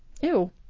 Ew